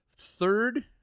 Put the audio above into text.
third